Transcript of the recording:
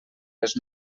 les